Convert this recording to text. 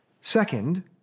Second